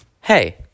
hey